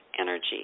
energy